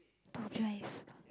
to drive